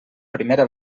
primera